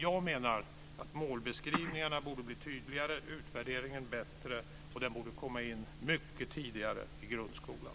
Jag menar att målbeskrivningarna borde bli tydligare, utvärderingen bättre och den borde komma in mycket tidigare i grundskolan.